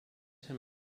him